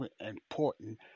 important